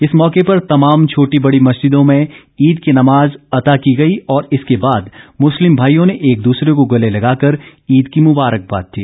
इस मौके पर तमाम छोटी बड़ी मस्जिदों में ईद की नमाज अता की गई और इसके बाद मुस्लिम भाईयों ने एक दूसरे को गले लगाकर ईद की मुंबारकबाद दी